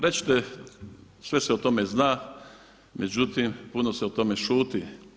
Reći ćete sve se o tome zna, međutim puno se o tome šuti.